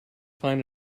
find